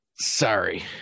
Sorry